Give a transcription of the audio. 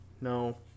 No